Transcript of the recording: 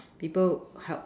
people help